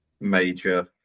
major